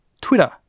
Twitter